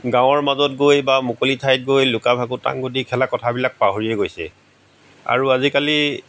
গাঁৱৰ মাজত গৈ বা মুকলি ঠাইত গৈ লুকা ভাকু টাংগুটি খেলা কথাবিলাক পাহৰিয়ে গৈছে আৰু আজিকালি